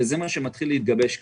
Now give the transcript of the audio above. וזה מה שמתחיל להתגבש כאן.